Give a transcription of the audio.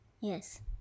Yes